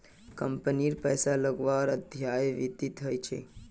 कम्पनीत पैसा लगव्वार अध्ययन वित्तत ह छेक